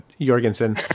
Jorgensen